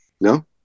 No